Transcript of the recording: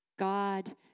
God